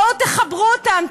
בואו תחברו אותם,